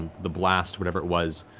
the blast, whatever it was,